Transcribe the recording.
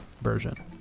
version